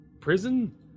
Prison